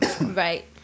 Right